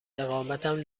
اقامتم